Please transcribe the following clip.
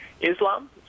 Islam